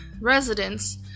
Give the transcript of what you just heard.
residents